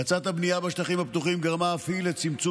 האצת הבנייה בשטחים פתוחים גרמה אף היא לצמצום